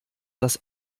das